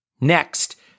Next